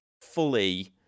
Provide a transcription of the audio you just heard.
fully